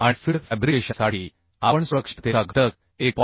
आणि फिल्ड फॅब्रिकेशनसाठी आपण सुरक्षिततेचा घटक 1